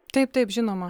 taip taip žinoma